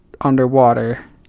underwater